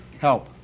help